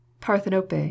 Parthenope